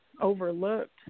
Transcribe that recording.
overlooked